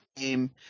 game